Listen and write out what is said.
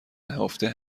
نهفته